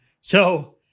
So-